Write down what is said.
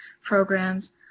programs